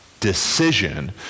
decision